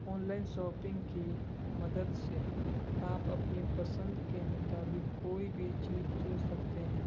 online shopping کی مدد سے آپ اپنی پسند کے مطابق کوئی بھی چیز چن سکتے ہیں